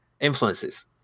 influences